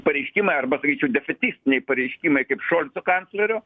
pareiškimai arba sakyčiau defetistiniai pareiškimai kaip šolco kanclerio